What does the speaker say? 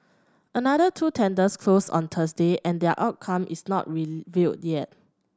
another two tenders closed on Thursday and their outcome is not revealed yet